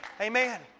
Amen